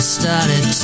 started